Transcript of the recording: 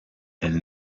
elle